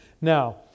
Now